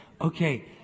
Okay